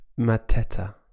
Mateta